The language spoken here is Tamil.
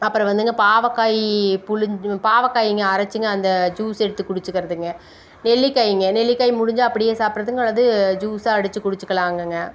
அப்புறம் வந்துங்க பாவக்காய் புழுஞ்சி பாவக்காய்ங்க அரைச்சிங்க அந்த ஜூஸ் எடுத்து குடிச்சுக்கிறதுங்க நெல்லிக்காய்ங்க நெல்லிக்காய் முடிஞ்சால் அப்படியே சாப்பிடுறதுங்க அல்லது ஜூஸாக அடிச்சு குடிச்சுக்கலாங்கங்க